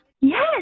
yes